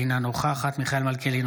אינה נוכחת מיכאל מלכיאלי,